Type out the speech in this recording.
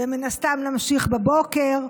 ומן הסתם נמשיך בבוקר,